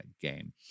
game